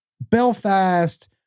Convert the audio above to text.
Belfast